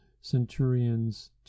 centurions